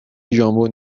ژامبون